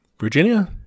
Virginia